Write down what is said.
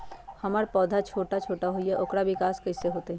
हमर पौधा छोटा छोटा होईया ओकर विकास कईसे होतई?